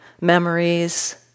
memories